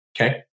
Okay